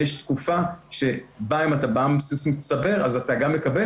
ויש תקופה שבה אם אתה בא על בסיס מצטבר אז אתה גם מקבל